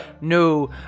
No